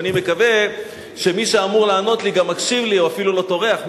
ואני מקווה שמי שאמור לענות לי גם מקשיב לי או אפילו לא טורח,